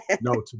No